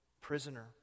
prisoner